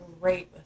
great